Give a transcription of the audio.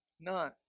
none